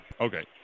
okay